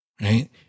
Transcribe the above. Right